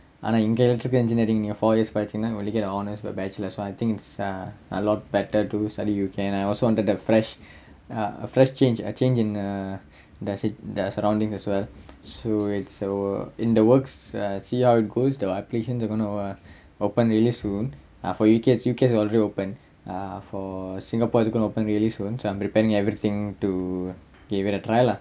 ஆனா இங்க:aanaa inga electrical engineering four years படிச்சிங்கனா:padichinganaa you only get honours bachelors as well so uh a lot better to study in U_K also wanted a fresh a fresh change in err surroundings as well in the world see how it goes the application I don't know it's gonna open really soon uh for U_K U_C_A_S is already open singapore is going to open really soon so I'm preparing everything to give it a try lah